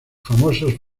famosos